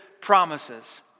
promises